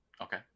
Okay